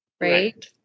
Right